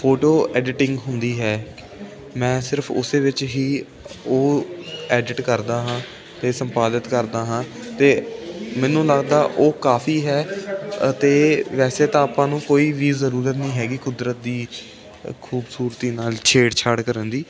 photo editing ਹੁੰਦੀ ਹੈ ਮੈਂ ਸਿਰਫ਼ ਉਸ ਵਿੱਚ ਹੀ ਉਹ ਐਡਿਟ ਕਰਦਾ ਹਾਂ ਅਤੇ ਸੰਪਾਦਿਤ ਕਰਦਾ ਹਾਂ ਅਤੇ ਮੈਨੂੰ ਲੱਗਦਾ ਉਹ ਕਾਫ਼ੀ ਹੈ ਅਤੇ ਵੈਸੇ ਤਾਂ ਆਪਾਂ ਨੂੰ ਕੋਈ ਵੀ ਜ਼ਰੂਰਤ ਨਹੀਂ ਹੈਗੀ ਕੁਦਰਤ ਦੀ ਖੂਬਸੂਰਤੀ ਨਾਲ ਛੇੜ ਛਾੜ ਕਰਨ ਦੀ